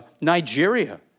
Nigeria